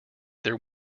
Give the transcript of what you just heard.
their